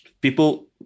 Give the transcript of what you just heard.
people